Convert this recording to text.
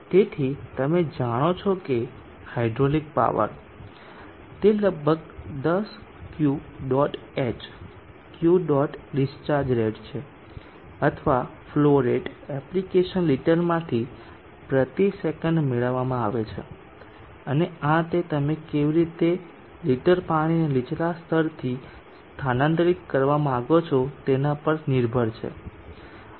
તેથી તમે જાણો છો કે હાઇડ્રોલિક પાવર તે લગભગ 10 Q dot h Q dot discharge rate છે અથવા ફ્લો રેટ એપ્લિકેશન લિટરમાંથી પ્રતિ સેકંડ મેળવવામાં આવે છે અને આ તે તમે કેવી રીતે લીટર પાણીને નીચલા સ્તરથી સ્થાનાંતરિત કરવા માંગો છો તેના પર નિર્ભર છે